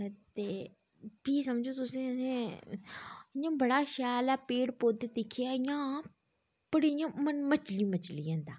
ते फ्ही समझो तुसें असें इ'यां बड़ा शैल ऐ पेड़ पौधे दिक्खियै इ'यां बड़ी इ'यां मन मचली मचली जंदा